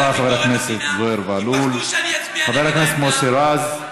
חבר הכנסת מוסי רז.